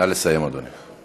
נא לסיים, אדוני.